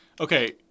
Okay